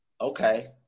Okay